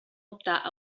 optar